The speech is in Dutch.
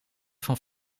van